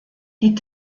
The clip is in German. die